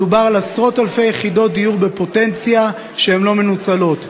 מדובר על עשרות-אלפי יחידות בפוטנציה שאינן מנוצלות.